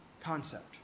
concept